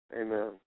Amen